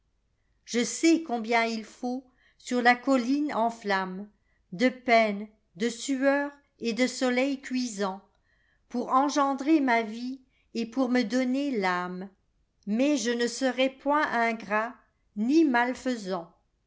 le sais combien il faut sur la colline en flammede peine do sueur et de soleil cuisantpour engendrer ma vie et pour me donner tàmemais je ne serai point ingrat ni malfaisant